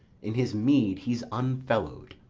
in his meed he's unfellowed.